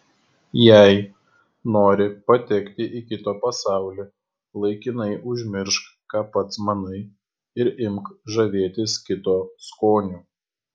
jei nori patekti į kito pasaulį laikinai užmiršk ką pats manai ir imk žavėtis kito skoniu